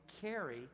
carry